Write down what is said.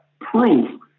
proof